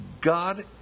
God